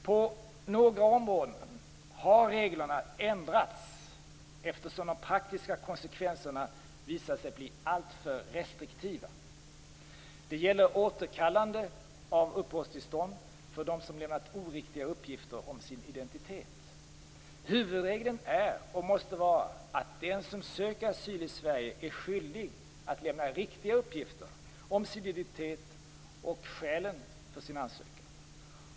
På några områden har reglerna ändrats eftersom de praktiska konsekvenserna visat sig bli alltför restriktiva. Det gäller återkallande av uppehållstillstånd för dem som lämnat oriktiga uppgifter om sin identitet. Huvudregeln är, och måste vara, att den som söker asyl i Sverige är skyldig att lämna riktiga uppgifter om sin identitet och skälen för sin ansökan.